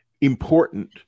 important